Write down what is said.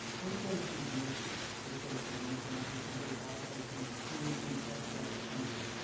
workforce is an issue. workforce is an issue not just in great falls, but it's in communities all throughout the country.